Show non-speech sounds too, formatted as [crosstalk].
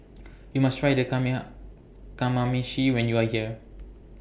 YOU must Try [unintelligible] Kamameshi when YOU Are here